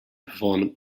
perform